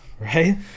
right